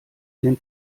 den